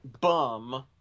bum